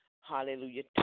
hallelujah